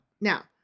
Now